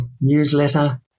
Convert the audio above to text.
newsletter